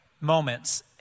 moments